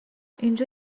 اینجا